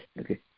Okay